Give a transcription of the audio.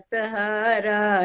Sahara